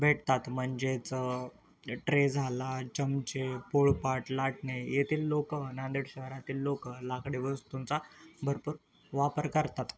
भेटतात म्हणजेच ट्रे झाला चमचे पोळपाट लाटणे येथील लोक नांदेड शहरातील लोक लाकडी वस्तूंचा भरपूर वापर करतात